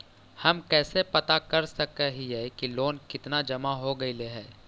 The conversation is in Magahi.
हम कैसे पता कर सक हिय की लोन कितना जमा हो गइले हैं?